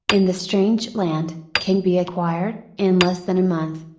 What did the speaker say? in the strange land, can be acquired, in less than a month.